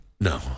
No